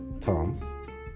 Tom